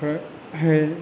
ओमफ्राय हाय